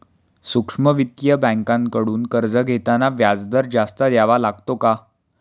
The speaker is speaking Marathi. सूक्ष्म वित्तीय बँकांकडून कर्ज घेताना व्याजदर जास्त द्यावा लागतो का?